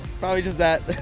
probably just that.